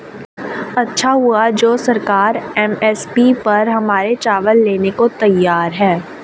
अच्छा हुआ जो सरकार एम.एस.पी पर हमारे चावल लेने को तैयार है